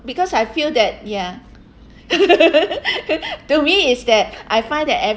because I feel that ya to me it's that I find that